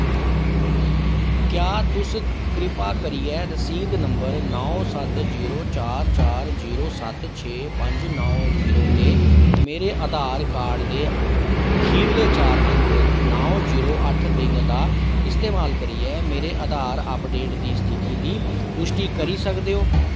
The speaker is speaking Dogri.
क्या तुस किरपा करियै रसीद नंबर नौ सत्त जीरो चार चार जीरो सत्त छे पंज नौ जीरो ते मेरे आधार कार्ड दे खीरले चार अंक नौ जीरो अट्ठ तिन दा इस्तेमाल करियै मेरे आधार अपडेट दी स्थिति दी पुश्टी करी सकदे ओ